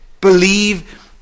Believe